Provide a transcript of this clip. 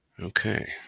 Okay